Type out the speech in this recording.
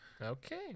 Okay